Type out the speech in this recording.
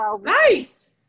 Nice